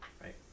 Right